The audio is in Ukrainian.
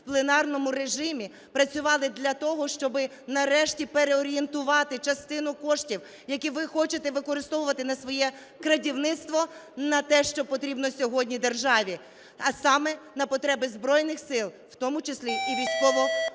в пленарному режимі, працювали для того, щоб нарешті переорієнтувати частину коштів, які ви хочете використовувати на своє крадівництво на те, що потрібно сьогодні державі, а саме на потреби Збройних Сил, в тому числі і військово-морських